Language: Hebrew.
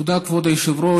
תודה, כבוד היושב-ראש.